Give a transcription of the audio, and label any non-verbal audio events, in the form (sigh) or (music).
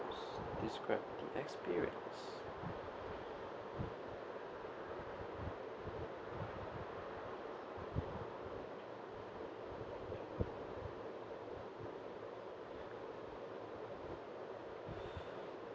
describe the experience (breath)